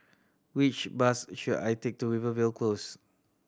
which bus should I take to Rivervale Close